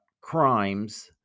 crimes